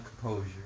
composure